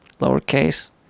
lowercase